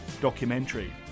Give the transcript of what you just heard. documentary